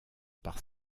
par